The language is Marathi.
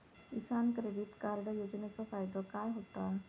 किसान क्रेडिट कार्ड योजनेचो फायदो काय होता?